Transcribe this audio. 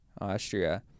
Austria